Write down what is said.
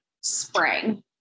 spring